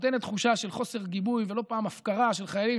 נותנת תחושה של חוסר גיבוי ולא פעם הפקרה של חיילים,